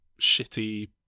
shitty